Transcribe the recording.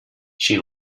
she